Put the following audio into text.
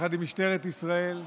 יחד עם משטרת ישראל,